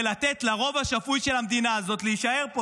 ולתת לרוב השפוי של המדינה הזאת להישאר פה.